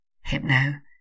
Hypno